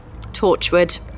Torchwood